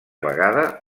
vegada